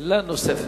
לשאלה נוספת.